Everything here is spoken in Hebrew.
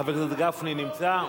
חבר הכנסת גפני נמצא?